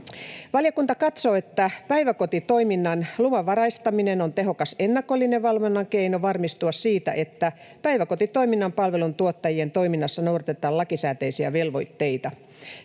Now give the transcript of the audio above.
Valiokunta katsoo, että päiväkotitoiminnan luvanvaraistaminen on tehokas ennakollinen valvonnan keino varmistua siitä, että päiväkotitoiminnan palveluntuottajien toiminnassa noudatetaan lakisääteisiä velvoitteita.